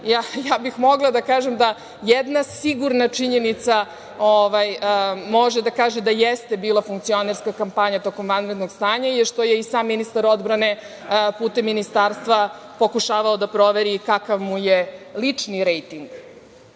Ja bih mogla da kažem da jedna sigurna činjenica može da kaže da jeste bila funkcionerska kampanja tokom vanrednog stanja to što je i sam ministar odbrane putem ministarstva pokušavao da proveri kakav mu je lični rejting. Dakle,